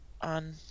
on